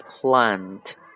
PLANT